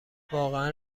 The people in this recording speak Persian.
واقعا